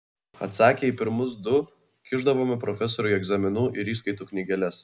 atsakę į pirmus du kišdavome profesoriui egzaminų ir įskaitų knygeles